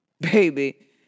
baby